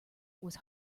was